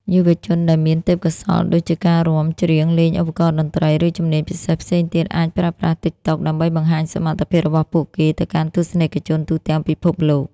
យុវជនដែលមានទេពកោសល្យដូចជាការរាំ ច្រៀង លេងឧបករណ៍តន្ត្រី ឬជំនាញពិសេសផ្សេងទៀត អាចប្រើប្រាស់ TikTok ដើម្បីបង្ហាញសមត្ថភាពរបស់ពួកគេទៅកាន់ទស្សនិកជនទូទាំងពិភពលោក។